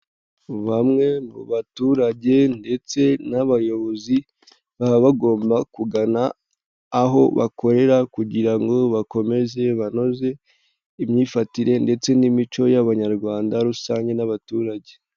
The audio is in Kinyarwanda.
Bamwe mu baturage ndetse n'abayobozi, baba bagomba kugana aho bakorera kugira ngo bakomeze banoze imyifatire ndetse n'imico y'abanyarwanda rusange n'abaturage.